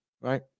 right